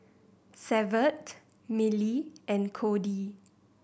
Severt Millie and Cody